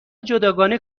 جداگانه